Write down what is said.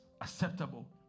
acceptable